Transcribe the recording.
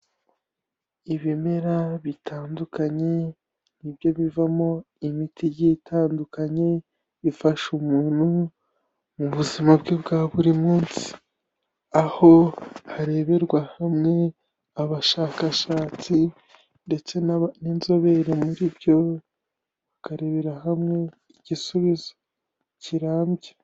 Ibimera bitandukanye ni byo bivamo imiti igiye itandukanye ifasha umuntu mu buzima bwe bwa buri munsi, aho hareberwa hamwe abashakashatsi ndetse n'inzobere muri byo, bakarebera hamwe igisubizo kirambye.